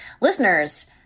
listeners